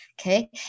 okay